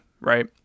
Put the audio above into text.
right